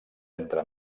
entre